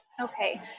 Okay